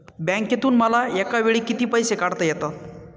बँकेतून मला एकावेळी किती पैसे काढता येतात?